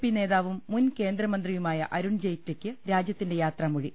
P നേതാവും മുൻ കേന്ദ്രമന്ത്രിയുമായ അരുൺ ജെയ്റ്റ്ലിക്ക് രാജ്യത്തിന്റെ യാത്രാമൊഴി